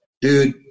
dude